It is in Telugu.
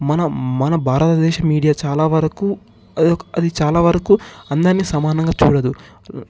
మన మన భారతదేశం మీడియా చాలా వరకు అది చాలా వరకు అందరినీ సమానంగా చూడదు